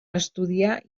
estudiar